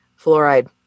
Fluoride